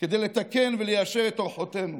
כדי לתקן וליישר את אורחותינו.